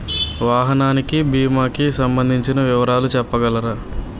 వాహనానికి భీమా కి సంబందించిన వివరాలు చెప్పగలరా?